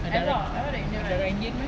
and her her engagement